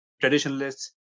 traditionalists